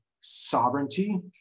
sovereignty